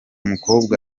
mukobwa